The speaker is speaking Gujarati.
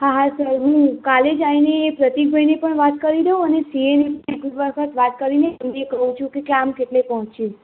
હા હા સર હું કાલે જ આવીને પ્રતિકભાઈને પણ વાત કરી દઉં અને સીએને પણ એક વખત વાત કરીને તમને કહું છું કે કામ કેટલે પહોંચ્યું